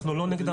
אנחנו לא נגדם.